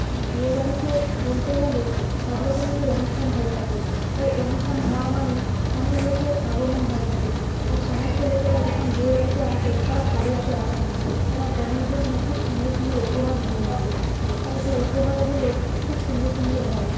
আর বিয়েবাড়িতে বলতে গেলে সব রকমেরই অনুষ্ঠান হয়ে থাকে তাই অনুষ্ঠান হওয়া মানেই অনেক লোকের আগমন হয়ে থাকে আর সমস্ত লোকেরা যখন বিয়ে বাড়িতে আসে তারা খালি হাতে আসে না তারা কনের জন্য খুব সুন্দর সুন্দর উপহার নিয়ে আসে তাই সেই উপহারগুলো খুব সুন্দর সুন্দর হয়